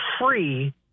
free –